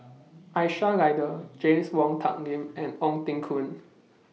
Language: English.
Aisyah Lyana James Wong Tuck Yim and Ong Teng Koon